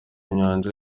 nyanja